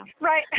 right